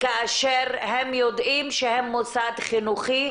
כאשר הם יודעים שהם מוסד חינוכי,